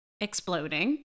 exploding